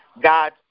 God